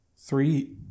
Three